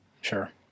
Sure